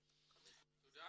תודה.